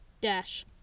dash